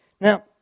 Now